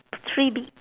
three be~